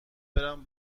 برم